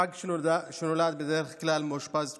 פג שנולד בדרך כלל מאושפז תקופה,